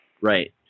right